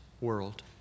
world